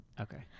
Okay